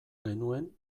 genuen